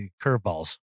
curveballs